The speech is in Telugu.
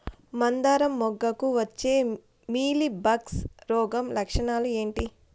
మందారం మొగ్గకు వచ్చే మీలీ బగ్స్ రోగం లక్షణాలు ఏంటి?